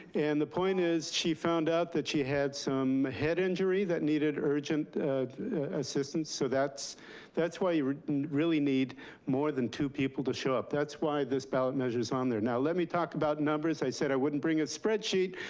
and the point is, she found out that she had some head injury that needed urgent assistance. so that's that's why you really need more than two people to show up. that's why this ballot measure is on there. now let me talk about numbers, i said i wouldn't bring a spreadsheet,